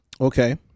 Okay